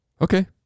Okay